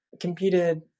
competed